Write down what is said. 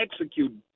execute